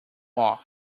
walk